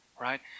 right